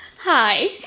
hi